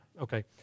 Okay